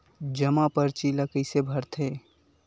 जमा परची ल कइसे भरथे?